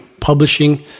publishing